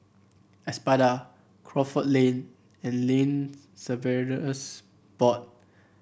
Espada Crawford Lane and Land Surveyors Board